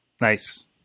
nice